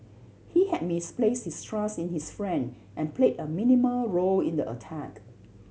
he had misplaced his trust in his friend and played a minimal role in the attack